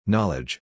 Knowledge